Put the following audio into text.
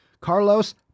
Carlos